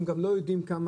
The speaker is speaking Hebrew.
אנחנו גם לא יודעים כמה,